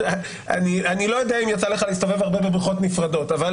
אני לא יודע אם יצא לך להסתובב הרבה בבריכות נפרדות אבל